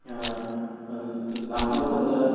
ꯂꯥꯛꯄ ꯃꯇꯝꯗ